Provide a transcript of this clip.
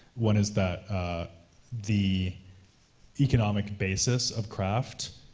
one is that the economic basis of craft,